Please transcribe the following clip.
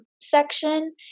section